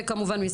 וכמובן,